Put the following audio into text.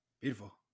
beautiful